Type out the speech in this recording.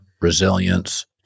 resilience